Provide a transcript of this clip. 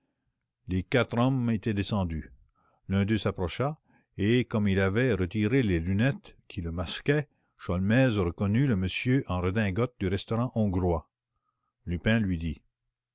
les quatre hommes étaient descendus l'un d'eux s'approcha et comme il avait retiré les lunettes qui le masquaient sholmès reconnut le monsieur en redingote du restaurant hongrois lupin lui dit